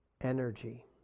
energy